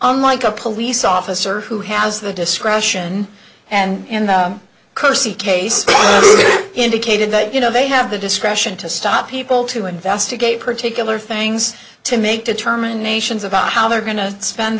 nlike a police officer who has the discretion and kirsty case indicated that you know they have the discretion to stop people to investigate particular things to make determinations about how they're going to spend